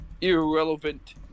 irrelevant